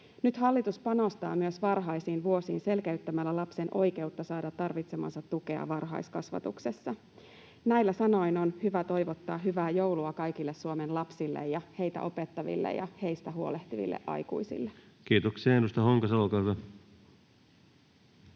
Nyt hallitus panostaa myös varhaisiin vuosiin selkeyttämällä lapsen oikeutta saada tarvitsemaansa tukea varhaiskasvatuksessa. Näillä sanoin on hyvä toivottaa hyvää joulua kaikille Suomen lapsille ja heitä opettaville ja heistä huolehtiville aikuisille. [Speech 132] Speaker: